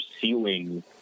ceiling